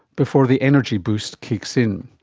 before the energy boost kicks in.